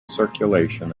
circulation